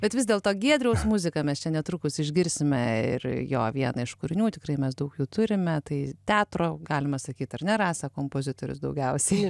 bet vis dėlto giedriaus muziką mes čia netrukus išgirsime ir jo vieną iš kūrinių tikrai mes daug jų turime tai teatro galima sakyt ar ne rasa kompozitorius daugiausiai